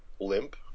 limp